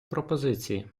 пропозиції